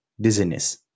dizziness